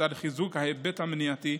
לצד חיזוק ההיבט המניעתי,